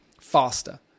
faster